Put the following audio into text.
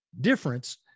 difference